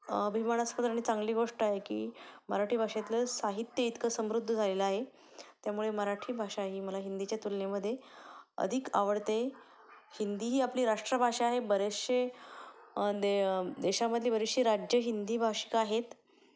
अभिमानास्पद आणि चांगली गोष्ट आहे की मराठी भाषेतलं साहित्य इतकं समृद्ध झालेलं आहे त्यामुळे मराठी भाषा ही मला हिंदीच्या तुलनेमध्ये अधिक आवडते हिंदी ही आपली राष्ट्रभाषा आहे बरीचशी दे देशामधली बरीचशी राज्य हिंदी भाषिक आहेत